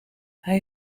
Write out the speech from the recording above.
hij